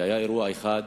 כי היה אירוע אחד